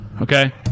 Okay